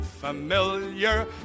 familiar